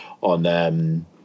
on